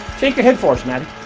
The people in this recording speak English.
shake your head for us maddie.